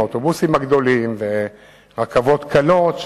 האוטובוסים הגדולים ורכבות קלות,